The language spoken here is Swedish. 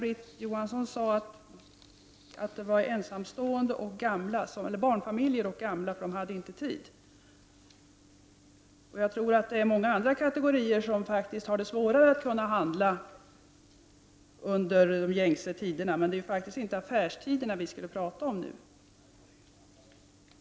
Det finns många kategorier som har större svårigheter att göra sina inköp under de ordinarie butikstiderna. Det var dock inte affärstiderna som vi nu skulle prata om.